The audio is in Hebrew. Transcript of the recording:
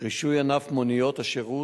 רישוי ענף מוניות השירות.